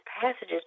passages